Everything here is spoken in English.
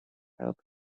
help